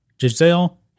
Giselle